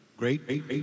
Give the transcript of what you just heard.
Great